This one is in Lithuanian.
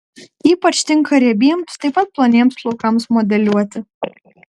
ypač tinka riebiems taip pat ploniems plaukams modeliuoti